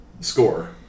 Score